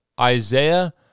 Isaiah